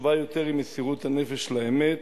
חשובה יותר היא מסירות הנפש לאמת,